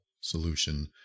solution